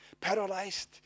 paralyzed